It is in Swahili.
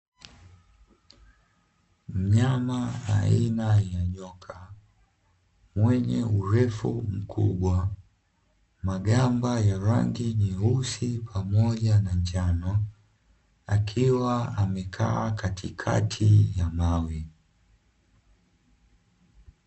Mnyama ania ya nyoka mwenye urefu mkubwa, magamba ya rangi nyeusi pamoja na njano akiwa namekaa katikati ya mawe.